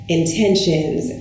intentions